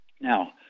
Now